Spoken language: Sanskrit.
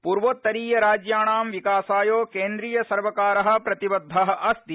पूर्वोत्तरीय राज्याणां विकासाय केन्द्रियसर्वकार प्रतिबद्ध अस्ति